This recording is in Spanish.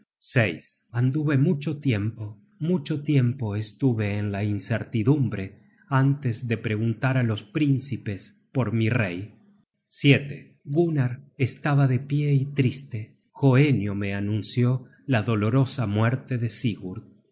existia anduve mucho tiempo mucho tiempo estuve en la incertidumbre antes de preguntar á los príncipes por mi rey gunnar estaba de pie y triste hoenio me anunció la dolorosa muerte de sigurd